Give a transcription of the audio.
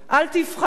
אל תפחד,